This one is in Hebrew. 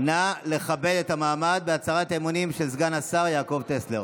נא לכבד את מעמד הצהרת האמונים של סגן השר יעקב טסלר.